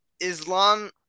Islam